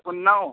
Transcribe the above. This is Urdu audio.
اناؤ